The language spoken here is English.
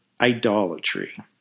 Idolatry